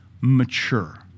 mature